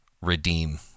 redeem